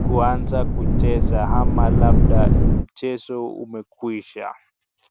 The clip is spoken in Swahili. kuanza kucheza ama labda mchezo umekwisha.